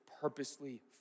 purposely